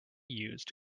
used